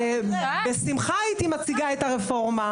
בשמחה הייתי מציגה את הרפורמה,